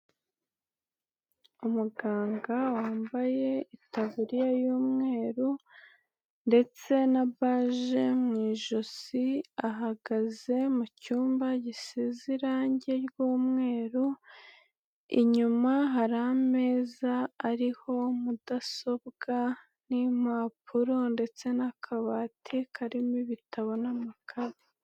Umuganga wambaye itaburiya y'umweru ndetse na baje mu ijosi ahagaze mu cyumba gisize irange ry'umweru, inyuma hari ameza ariho mudasobwa n'impapuro ndetse n'akabati karimo ibitabo n'amaka.